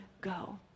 go